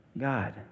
God